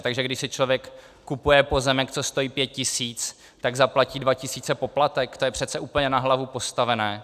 Takže když si člověk kupuje pozemek, co stojí pět tisíc, tak zaplatí dva tisíce poplatek, to je přece úplně na hlavu postavené.